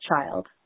child